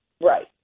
Right